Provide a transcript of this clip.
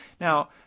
Now